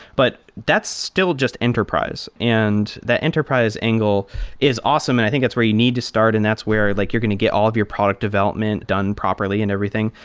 but that's still just enterprise, and the enterprise angle is awesome and i think it's where you need to start and that's where like you're going to get all of your product development done properly and everything.